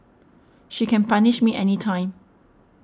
she can punish me anytime